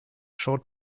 showed